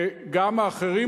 וגם האחרים,